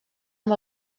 amb